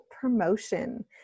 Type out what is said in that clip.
promotion